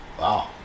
Wow